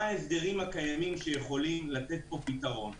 ההסדרים הקיימים שיכולים לתת פה פתרון.